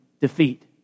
defeat